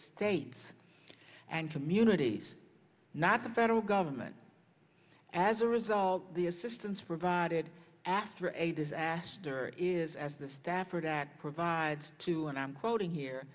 states and communities not the federal government as a result the assistance provided after a disaster is as the stafford act provides to and i'm quoting here